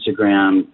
Instagram